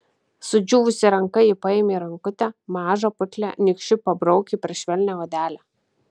sudžiūvusia ranka ji paėmė rankutę mažą putlią nykščiu pabraukė per švelnią odelę